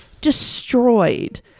destroyed